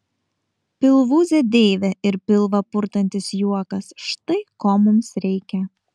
pilvūzė deivė ir pilvą purtantis juokas štai ko mums reikia